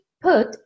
put